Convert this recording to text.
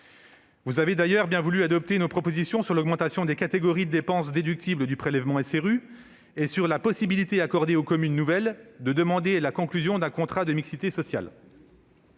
Vous avez d'ailleurs bien voulu adopter nos propositions sur l'augmentation des catégories de dépenses déductibles du prélèvement SRU et sur la possibilité accordée aux communes nouvelles de demander la conclusion d'un contrat de mixité sociale.